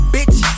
Bitch